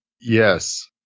Yes